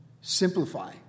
Simplify